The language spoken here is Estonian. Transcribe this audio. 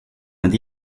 nad